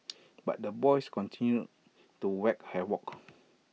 but the boys continued to wreak havoc